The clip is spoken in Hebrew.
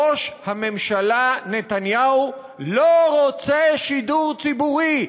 ראש הממשלה נתניהו לא רוצה שידור ציבורי.